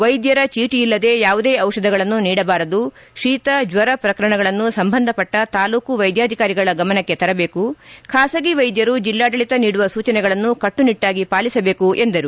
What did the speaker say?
ವೈದ್ಧರ ಚೀಟಿಇಲ್ಲದೆ ಯಾವುದೇ ಔಷಧಗಳನ್ನು ನೀಡಬಾರದು ಶೀತ ಜ್ವರ ಪ್ರಕರಣಗಳನ್ನು ಸಂಬಂಧಪಟ್ಟ ತಾಲೂಕು ವೈದ್ಯಾಧಿಕಾರಿಗಳ ಗಮನಕ್ಕೆ ತರಬೇಕು ಖಾಸಗಿ ವೈದ್ಯರು ಜಿಲ್ಲಾಡಳಿತ ನೀಡುವ ಸೂಚನೆಗಳನ್ನು ಕಟ್ಟುನಿಟ್ಟಾಗಿ ಪಾಲಿಸಬೇಕು ಎಂದರು